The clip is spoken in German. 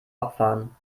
abfahren